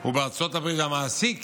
הוא בארצות הברית והמעסיק